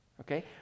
okay